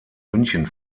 münchen